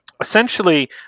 essentially